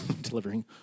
Delivering